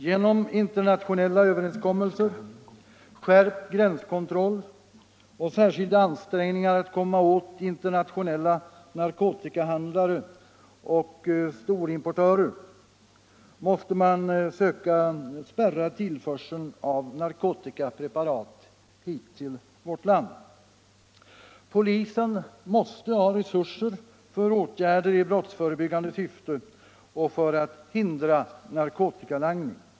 Genom internationella överenskommelser, skärpt gränskontroll och särskilda ansträngningar för att komma åt internationella narkotikahandlare och storimportörer måste man söka spärra tillförseln av narkotikapreparat hit till vårt land. Polisen måste ha resurser för åtgärder i brottsförebyggande syfte och för att hindra narkotikalangning.